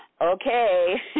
Okay